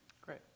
Great